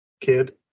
kid